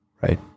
Right